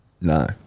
No